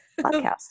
podcast